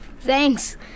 Thanks